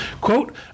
Quote